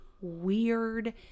weird